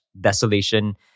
desolation